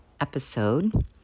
episode